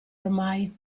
ormai